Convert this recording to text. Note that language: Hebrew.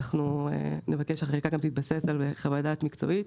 ואנחנו נבקש שהחקיקה תתבסס גם על חוות דעת מקצועית.